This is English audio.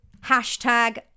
hashtag